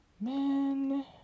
men